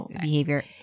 behavior